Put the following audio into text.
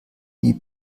die